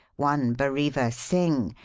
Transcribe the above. one bareva singh,